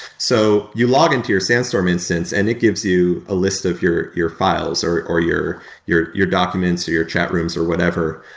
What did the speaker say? so you log into your sandstorm instance and it gives you a list of your your files or or your your documents or your chat rooms or whatever,